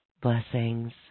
Blessings